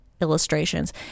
illustrations